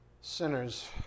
sinners